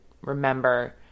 remember